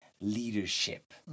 leadership